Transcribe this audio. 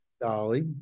Dolly